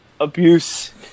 abuse